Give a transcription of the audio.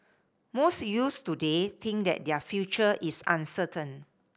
most youths today think that their future is uncertain